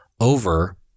over